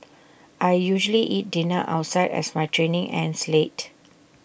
I usually eat dinner outside as my training ends late